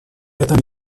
этом